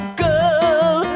girl